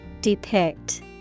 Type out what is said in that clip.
Depict